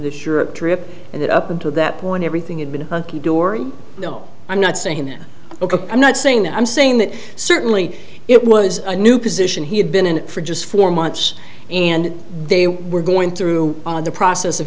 the sure trip and that up until that point everything had been hunky dory no i'm not saying that i'm not saying that i'm saying that certainly it was a new position he had been in for just four months and they were going through the process of